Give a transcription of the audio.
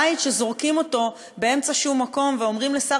בית שזורקים אותו באמצע שום מקום ואומרים לשר